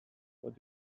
what